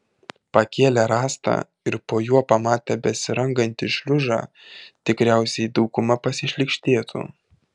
pakėlę rąstą ir po juo pamatę besirangantį šliužą tikriausiai dauguma pasišlykštėtų